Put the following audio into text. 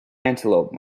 antelope